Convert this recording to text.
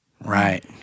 Right